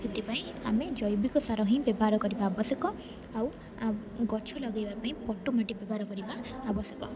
ସେଥିପାଇଁ ଆମେ ଜୈବିକ ସାର ହିଁ ବ୍ୟବହାର କରିବା ଆବଶ୍ୟକ ଆଉ ଗଛ ଲଗାଇବା ପାଇଁ ପଟୁ ମାଟି ବ୍ୟବହାର କରିବା ଆବଶ୍ୟକ